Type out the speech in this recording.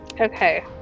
Okay